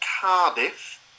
cardiff